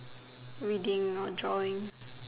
reading or drawing